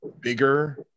bigger